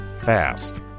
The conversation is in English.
fast